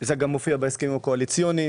וזה מופיע גם בהסכמים הקואליציוניים